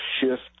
shift